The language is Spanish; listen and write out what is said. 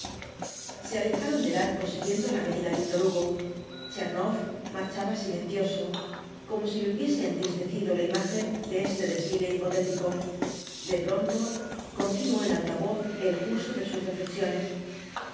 se alejaron del arco siguiendo la avenida víctor hugo tchernoff marchaba silencioso como si le hubiese entristecido la imagen de este desfile hipotético de pronto continuó en alta voz el curso de sus reflexiones